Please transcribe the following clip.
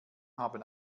haben